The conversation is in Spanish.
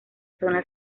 zona